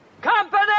Company